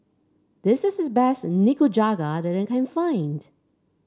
this is the best Nikujaga that I can find